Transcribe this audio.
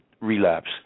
relapse